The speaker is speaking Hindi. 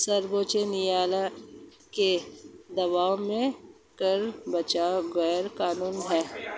सर्वोच्च न्यायालय की दृष्टि में कर बचाव गैर कानूनी है